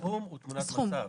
הסכום הוא תמונת מצב.